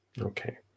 Okay